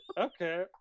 okay